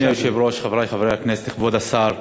אדוני היושב-ראש, חברי חברי הכנסת, כבוד השר,